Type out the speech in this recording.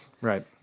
Right